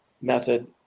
method